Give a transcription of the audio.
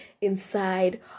inside